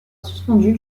suspendue